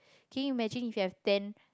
can you imagine if you have ten